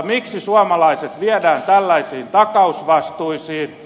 miksi suomalaiset viedään tällaisiin takausvastuisiin